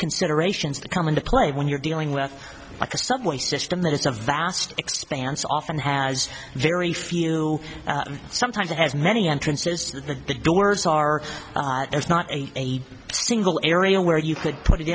considerations that come into play when you're dealing with like a subway system that it's a vast expanse often has very few sometimes as many entrances to the doors are there's not a single area where you could put it